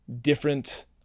different